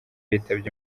yitabye